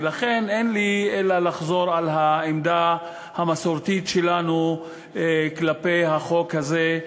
ולכן אין לי אלא לחזור על העמדה המסורתית שלנו כלפי החוק הזה,